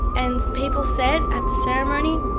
and people said at the ceremony,